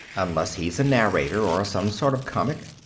unless he's a narrator or some sort of comic.